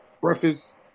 breakfast